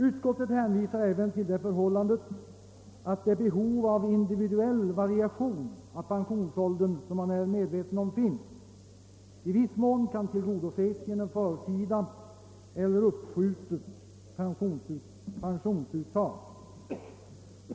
Utskottet hänvisar även till det förhållandet att det behov av individuell variation av pensionsåldern, som man är medveten om, i viss mån kan tillgodoses genom förtida eller uppskjutet pensionsuttag.